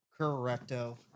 Correcto